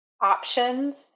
options